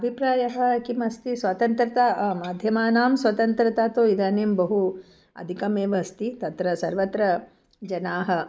अभिप्रायः किमस्ति स्वातन्त्रता माध्यमानां स्वतन्त्रता तु इदानीं बहु अधिकमेव अस्ति तत्र सर्वत्र जनाः